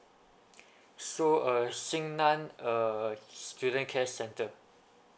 so uh xingnan uh student care center